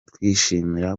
twishimira